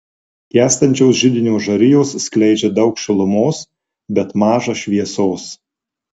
gęstančios židinio žarijos skleidžia daug šilumos bet maža šviesos